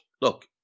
look